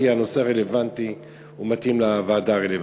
הנושא רלוונטי ומתאים לוועדה הרלוונטית.